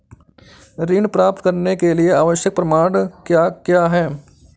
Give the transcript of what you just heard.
ऋण प्राप्त करने के लिए आवश्यक प्रमाण क्या क्या हैं?